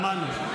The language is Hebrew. שמענו.